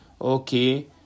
okay